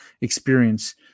experience